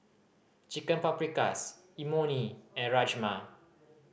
Chicken Paprikas Imoni and Rajma